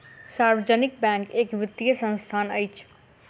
सार्वजनिक बैंक एक वित्तीय संस्थान अछि